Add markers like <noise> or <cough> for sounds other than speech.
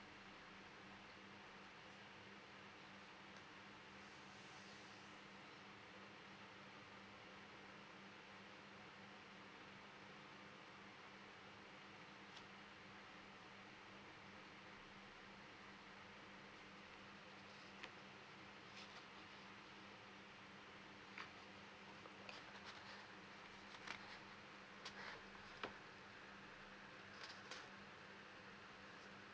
<breath>